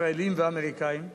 ישראליים ואמריקניים.